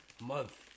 month